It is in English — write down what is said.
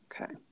Okay